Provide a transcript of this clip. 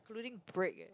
including break eh